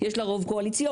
יש לה רוב קואליציוני,